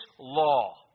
law